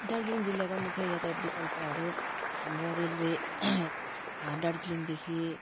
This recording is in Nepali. दार्जिलिङ जिल्लाका मुख्य यातायात विकल्पहरू हाम्रो रेलवे दार्जिलिङदेखि